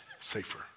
safer